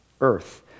earth